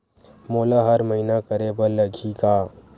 मोला हर महीना करे बर लगही का?